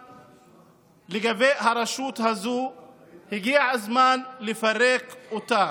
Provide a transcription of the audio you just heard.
לגבי הרשות הזו הגיע הזמן לפרק אותה,